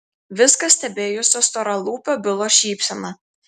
viską stebėjusio storalūpio bilo šypsena